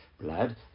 blood